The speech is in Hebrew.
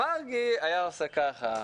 'מרגי היה עושה ככה',